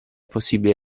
possibile